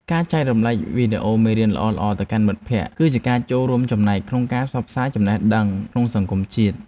ការចែករំលែកវីដេអូមេរៀនល្អៗទៅកាន់មិត្តភក្តិ គឺជាការចូលរួមចំណែកក្នុងការផ្សព្វផ្សាយចំណេះដឹងក្នុងសង្គមជាតិ។